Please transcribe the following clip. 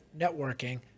networking